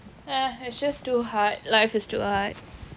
eh it's just too hard life is too hard